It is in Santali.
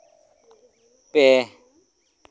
ᱯᱮ